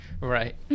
Right